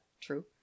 true